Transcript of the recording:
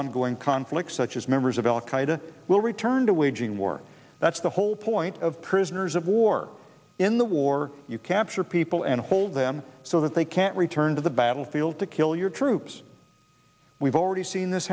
ongoing conflict such as members of al qaeda will return to waging war that's the whole point of prisoners of war in the war you capture people and hold them so that they can't return to the battlefield to kill your troops we've already seen this